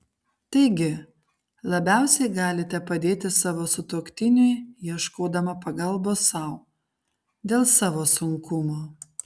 taigi labiausiai galite padėti savo sutuoktiniui ieškodama pagalbos sau dėl savo sunkumo